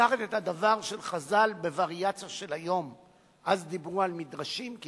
חז"ל אמרו שלא המדרש עיקר אלא המעשה.